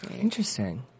Interesting